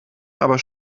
aber